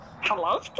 Hello